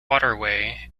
waterway